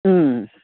ꯎꯝ